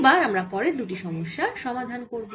এবার আমরা পরের দুটি সমস্যার সমাধান করব